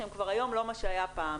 שהיום לא מה שהייתה פעם.